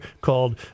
called